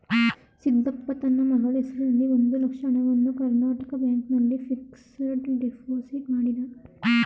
ಸಿದ್ದಪ್ಪ ತನ್ನ ಮಗಳ ಹೆಸರಿನಲ್ಲಿ ಒಂದು ಲಕ್ಷ ಹಣವನ್ನು ಕರ್ನಾಟಕ ಬ್ಯಾಂಕ್ ನಲ್ಲಿ ಫಿಕ್ಸಡ್ ಡೆಪೋಸಿಟ್ ಮಾಡಿದ